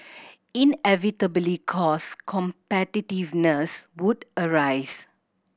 inevitably cost competitiveness would arise